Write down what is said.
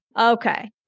okay